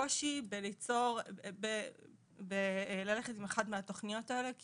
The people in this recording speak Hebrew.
הקושי ללכת עם אחת מהתוכניות האלה,